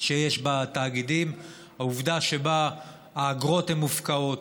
שיש בתאגידים, העובדה שהאגרות הן מופקעות,